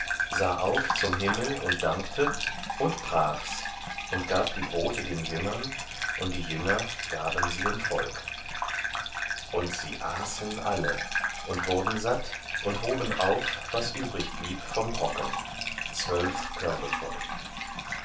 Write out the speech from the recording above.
sah auf zum himmel und dankte und brach's und gab die brote den jüngern und die jünger gaben sie dem volk und sie aßen alle und wurden satt und hoben auf was übrigblieb von brocken zwölf körbe voll